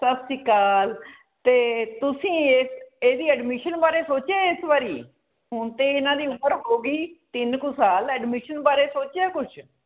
ਸਤਿ ਸ਼੍ਰੀ ਅਕਾਲ ਅਤੇ ਤੁਸੀਂ ਇਹ ਇਹਦੀ ਐਡਮਿਸ਼ਨ ਬਾਰੇ ਸੋਚਿਆ ਹੈ ਇਸ ਵਾਰ ਹੁਣ ਤੇ ਇਹਨਾਂ ਦੀ ਉਮਰ ਹੋ ਗਈ ਤਿੰਨ ਕੁ ਸਾਲ ਐਡਮਿਸ਼ਨ ਬਾਰੇ ਸੋਚਿਆ ਕੁਛ